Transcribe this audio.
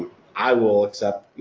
i will accept,